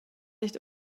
nicht